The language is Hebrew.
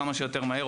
כמה שיותר מהר,